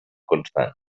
constant